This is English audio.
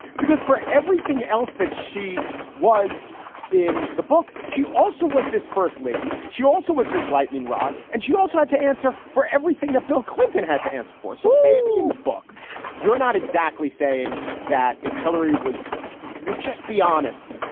because for everything else that she was in the book, she also was this first lady. she also was this lightning rod. and she also had to answer for everything that bill clinton had to answer for. so maybe in the book you're not exactly saying that if hillary was would just be honest,